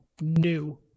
new